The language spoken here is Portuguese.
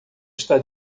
está